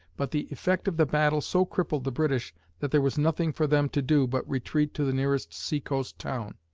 but the effect of the battle so crippled the british that there was nothing for them to do but retreat to the nearest sea-coast town,